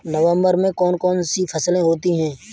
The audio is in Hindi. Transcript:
नवंबर में कौन कौन सी फसलें होती हैं?